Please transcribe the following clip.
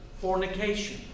fornication